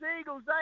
Eagles